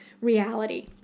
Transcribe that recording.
reality